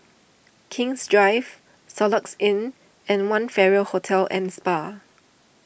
King's Drive Soluxe Inn and one Farrer Hotel and Spa